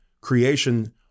creation